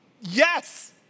Yes